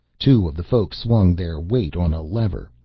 two of the folk swung their weight on a lever.